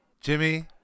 Jimmy